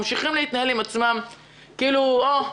ממשיכים להתנהל עם עצמם כאילו: "הו,